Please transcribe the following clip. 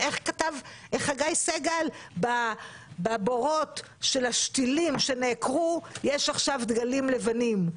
איך כתב חגי סגל - בבורות של השתילים שנעקרו יש עכשיו דגלים לבנים.